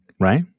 Right